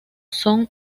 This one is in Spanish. son